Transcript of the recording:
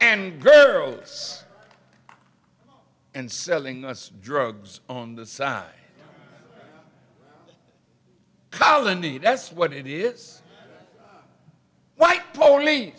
and girls and selling drugs on the side colony that's what it is white only